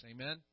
Amen